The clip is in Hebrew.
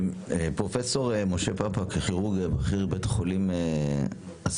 פרופ' משה פפא, כירורג בכיר בבית חולים אסותא.